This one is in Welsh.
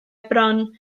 bron